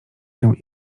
się